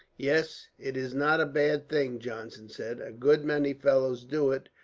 yes, it is not a bad thing, johnson said. a good many fellows do it,